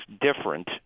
different